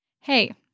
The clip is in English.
Hey